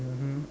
mmhmm